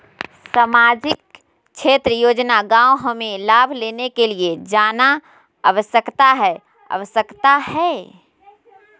सामाजिक क्षेत्र योजना गांव हमें लाभ लेने के लिए जाना आवश्यकता है आवश्यकता है?